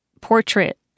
portrait